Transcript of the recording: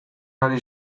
ari